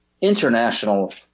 international